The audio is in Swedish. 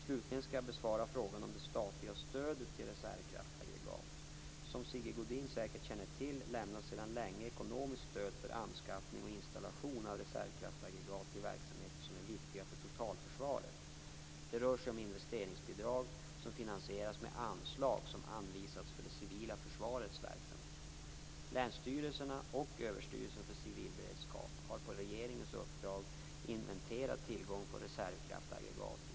Slutligen skall jag besvara frågan om det statliga stödet till reservkraftaggregat. Som Sigge Godin säkert känner till lämnas sedan länge ekonomiskt stöd för anskaffning och installation av reservkraftaggregat till verksamheter som är viktiga för totalförsvaret. Det rör sig om investeringsbidrag som finansieras med anslag som anvisas för det civila försvarets verksamhet. Länsstyrelserna och Överstyrelsen för civilberedskap har på regeringens uppdrag inventerat tillgången på reservkraftaggregat.